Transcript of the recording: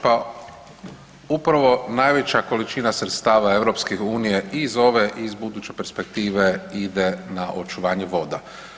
Pa upravo najveća količina sredstava EU-a iz ove i iz buduće perspektive ide na očuvanje voda.